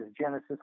Genesis